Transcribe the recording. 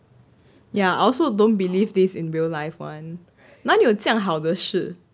ya I also don't believe this in real life [one] nine 有这样好的事